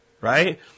right